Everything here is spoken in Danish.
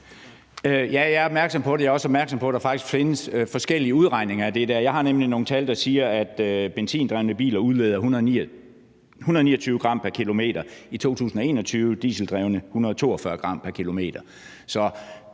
jeg er også opmærksom på, at der faktisk findes forskellige udregninger af det. Jeg har nemlig nogle tal, der siger, at benzindrevne biler i 2021 udledte 129 g pr. kilometer og dieseldrevne biler 142 g pr. kilometer.